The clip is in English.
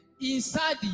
Inside